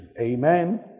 Amen